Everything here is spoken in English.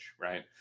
right